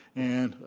and,